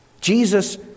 Jesus